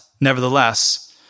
nevertheless